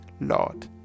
lord